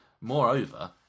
Moreover